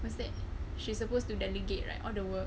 what's that she supposed to delegate right all the work